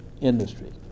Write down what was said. industry